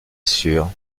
sûre